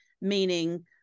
meaning